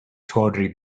tawdry